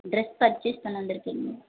dress purchase பண்ண வந்திருக்கீங்க